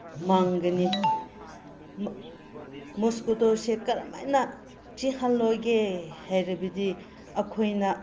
ꯃꯥꯡꯒꯅꯤ ꯃꯣꯁꯀꯤꯇꯣꯁꯦ ꯀꯔꯝꯍꯥꯏꯅ ꯆꯤꯛꯍꯜꯂꯣꯏꯒꯦ ꯍꯥꯏꯔꯕꯗꯤ ꯑꯩꯈꯣꯏꯅ